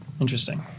Interesting